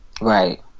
right